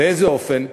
באיזה אופן?